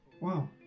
Wow